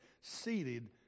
seated